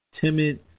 timid